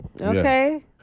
Okay